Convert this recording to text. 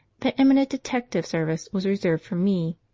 that eminent detective service was reserved for me,